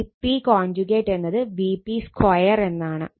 Vp × Vp എന്നത് Vp2 എന്നാണ്